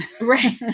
right